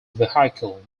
vehicle